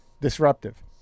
disruptive